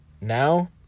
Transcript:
now